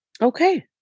Okay